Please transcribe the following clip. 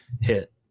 hit